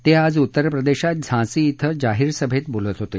ते आज उत्तरप्रदेशात झांसी कें जाहीर सभेत बोलत होते